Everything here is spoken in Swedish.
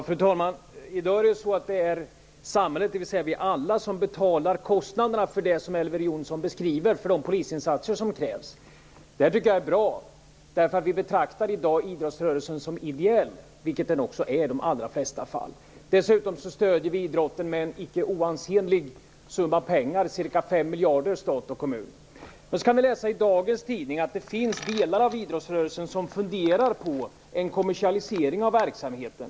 Fru talman! I dag är det samhället, dvs. vi alla, som betalar kostnaderna för det som Elver Jonsson beskriver och de polisinsatser som krävs. Det tycker jag är bra, därför att vi betraktar i dag idrottsrörelsen som ideell, vilket den också är i de allra flesta fall. Dessutom stöds idrotten med en icke oansenlig summa pengar, ca 5 miljarder, från stat och kommun. I dagens tidning kan vi läsa att det finns delar av idrottsrörelsen som funderar på en kommersialisering av verksamheten.